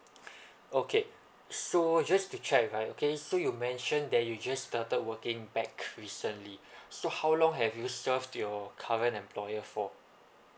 okay so just to check right okay so you mention that you just started working back recently so how long have you served your current employer for